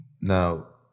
Now